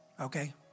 Okay